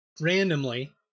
randomly